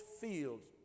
fields